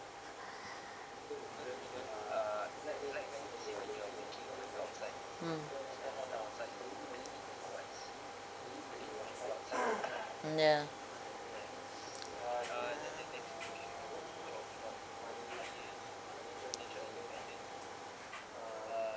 ah mm mm ya